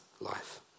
life